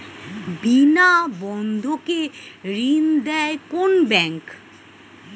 বিনা বন্ধকে ঋণ দেয় কোন ব্যাংক?